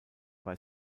bei